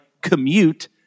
Commute